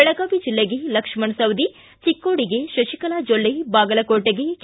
ಬೆಳಗಾವಿ ಜಿಲ್ಲೆಗೆ ಲಕ್ಷಣ ಸವದಿ ಚಿಕ್ಕೋಡಿಗೆ ಶತಿಕಲಾ ಜೊಲ್ಲೆ ಬಾಗಲಕೋಟೆಗೆ ಕೆ